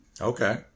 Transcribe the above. Okay